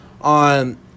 on